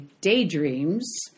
daydreams